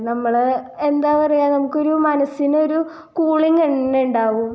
നമ്മള് എന്താ പറയുക നമുക്കൊരു മനസിനൊരു കൂളിംഗ് തന്നെയുണ്ടാകും